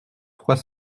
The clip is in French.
trois